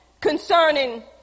concerning